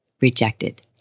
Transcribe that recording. rejected